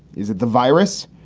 is it the virus?